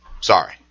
Sorry